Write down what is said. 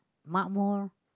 Makmur